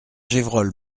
gévrol